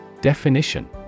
Definition